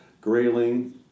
grayling